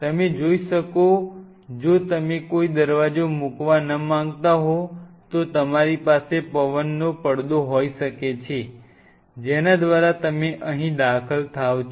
તમે જોઇ શકો જો તમે કોઈ દરવાજો મૂકવા ન માંગતા હો તો તમારી પાસે પવનનો પડદો હોઈ શકે છે જેના દ્વારા તમે અહીં દાખલ થાઓ છો